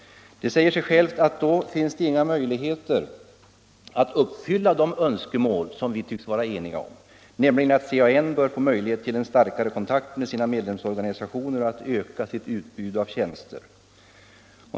Det säger sig självt att då finns det inga möjligheter att uppfylla de önskemål som vi tycks vara eniga om, nämligen att CAN bör få möjlighet att hålla bättre kontakt med sina medlemsorganisationer och att öka sitt utbud av tjänster.